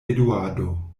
eduardo